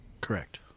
Correct